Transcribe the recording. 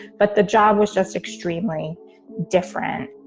but the job was just extremely different